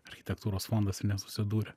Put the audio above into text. architektūros fondas ir nesusidūrė